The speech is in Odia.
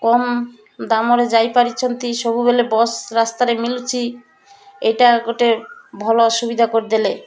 କମ୍ ଦାମରେ ଯାଇପାରିଛନ୍ତି ସବୁବେଳେ ବସ୍ ରାସ୍ତାରେ ମିଳୁଛି ଏଇଟା ଗୋଟେ ଭଲ ଅସୁବିଧା କରିଦେଲେ